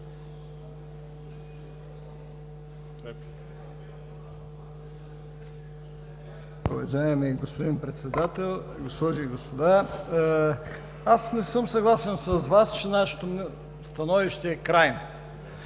Уважаеми господин Председател, госпожи и господа! Не съм съгласен с Вас, че нашето становище е крайно.